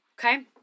Okay